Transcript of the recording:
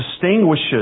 distinguishes